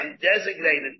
designated